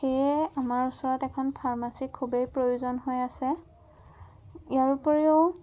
সেয়ে আমাৰ ওচৰত এখন ফাৰ্মাচী খুবেই প্ৰয়োজন হৈ আছে ইয়াৰ উপৰিও